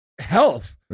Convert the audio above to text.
health